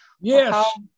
yes